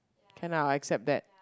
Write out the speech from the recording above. can lah I accept that